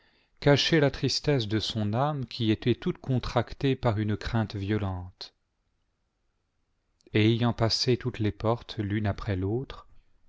cachait la tristesse de son âme qui était toute contractée par une crainte violente et ayant passé toutes les portes l'une après l'autre